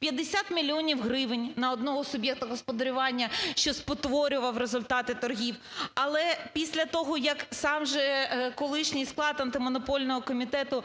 50 мільйонів гривень на одного суб'єкта господарювання, що спотворював результати торгів, але після того, як сам же колишній склад Антимонопольного комітету